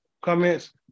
Comments